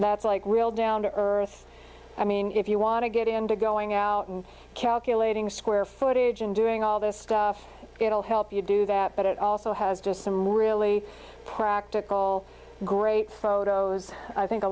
that's like real down to earth i mean if you want to get into going out and calculating square footage and doing all this stuff it'll help you do that but it also has just some really practical great photos i think a